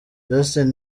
justin